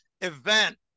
event